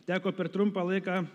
teko per trumpą laiką